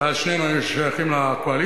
ואז שנינו היינו שייכים לקואליציה,